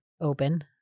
open